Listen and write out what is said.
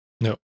No